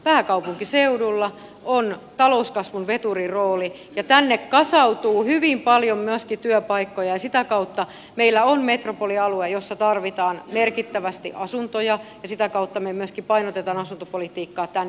pääkaupunkiseudulla on talouskasvun veturirooli ja tänne kasautuu hyvin paljon myöskin työpaikkoja ja sitä kautta meillä on metropolialue jossa tarvitaan merkittävästi asuntoja ja sitä kautta me myöskin painotamme asuntopolitiikkaa tänne